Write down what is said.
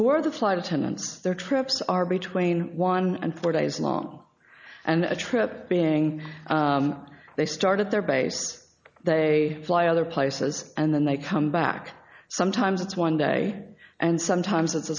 for the flight attendants their trips are between one and four days long and a trip being they started their base they fly other places and then they come back sometimes it's one day and sometimes